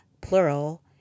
plural